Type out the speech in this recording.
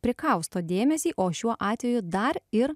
prikausto dėmesį o šiuo atveju dar ir